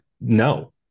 No